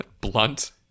blunt